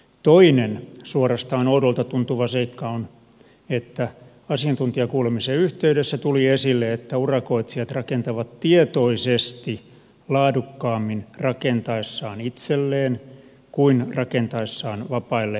toinen suorastaan oudolta tuntuva seikka on asiantuntijakuulemisen yhteydessä tuli esille että urakoitsijat rakentavat tietoisesti laadukkaammin rakentaessaan itselleen kuin rakentaessaan vapaille markkinoille